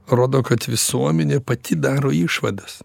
rodo kad visuomenė pati daro išvadas